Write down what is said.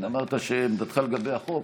אמרת עמדתך לגבי החוק.